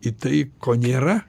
į tai ko nėra